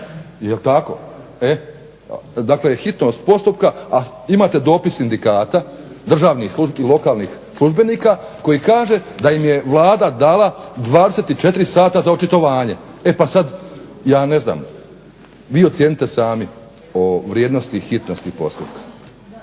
Jel' tako? E, dakle hitnost postupka, a imate dopis sindikata državnih i lokalnih službenika koji kaže da im je Vlada dala 24 sata za očitovanje. E pa sad ja ne znam. Vi ocijenite sami o vrijednosti i hitnosti postupka.